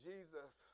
Jesus